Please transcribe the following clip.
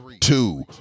two